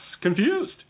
confused